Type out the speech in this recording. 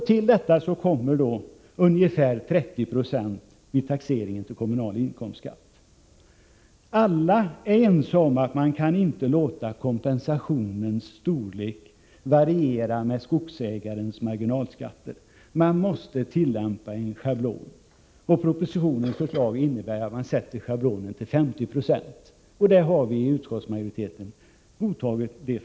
Till detta kommer ungefär 30 90 vid taxeringen till kommunal inkomstskatt. Alla är ense om att man inte kan låta kompensationens storlek variera med skogsägarens marginalskatt — man måste tillämpa en schablon. Propositionens förslag innebär att schablonen sätts till 50 70, och det har utskottsmajoriteten godtagit.